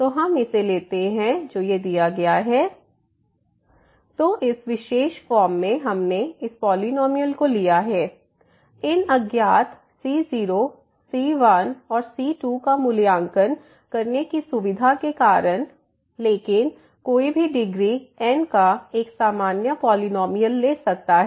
तो हम इसे लेते हैं Pnxc0c1x x0c2x x02c3x x03cnx x0n तो इस विशेष फॉर्म में हमने इस पॉलिनॉमियल को लिया है इन अज्ञात c0 c1 और c2 का मूल्यांकन करने की सुविधा के कारण लेकिन कोई भी डिग्री n का एक सामान्य पॉलिनॉमियल ले सकता है